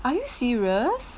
are you serious